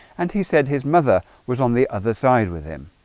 and he said his mother was on the other side with him